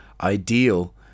ideal